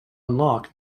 unlock